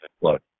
look